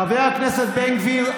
חבר הכנסת בן גביר,